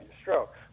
stroke